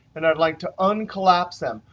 and i'd like to unclasped them.